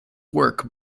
work